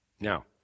Now